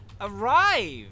arrive